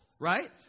right